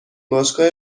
باشگاه